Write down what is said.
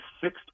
sixth